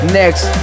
next